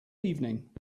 evening